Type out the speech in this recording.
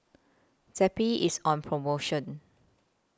Zappy IS on promotion